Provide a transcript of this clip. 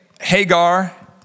Hagar